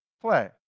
play